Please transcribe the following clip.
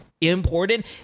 important